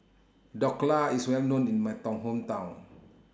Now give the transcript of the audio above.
Dhokla IS Well known in My Town Hometown